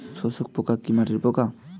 শোষক পোকা কি মাটির পোকা?